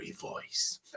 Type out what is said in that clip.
voice